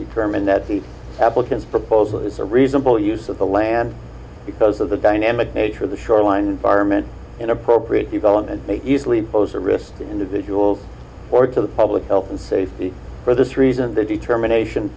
the applicants proposal is a reasonable use of the land because of the dynamic nature of the shoreline vironment inappropriate development may easily pose a risk individuals or to the public health and safety for this reason the determination